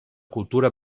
cultura